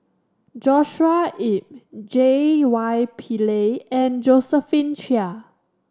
Joshua Ip J Y Pillay and Josephine Chia